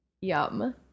Yum